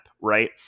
right